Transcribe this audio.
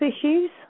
issues